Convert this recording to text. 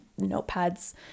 notepads